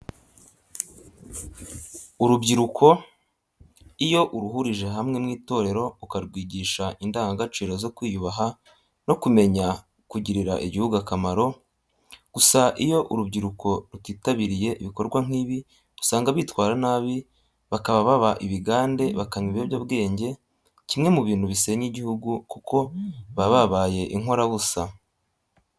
Urubyiruko iyo uruhurije hamwe mu itorero ukarwigisha indangagaciro zo kwiyubaha no kumenya kugirira igihugu akamaro, gusa iyo urubyiruko rutitabiriye ibikorwa nk'ibi usanga bitwara nabi bakaba baba ibigande bakanywa ibiyobyabwenge, kimwe mu bintu bisenya igihugu kuko baba babaye inkorabusa.